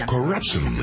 Corruption